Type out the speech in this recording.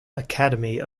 academy